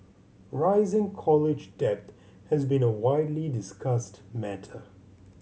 rising college debt has been a widely discussed matter